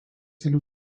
kelių